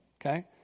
Okay